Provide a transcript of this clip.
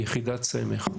יחידת סמך,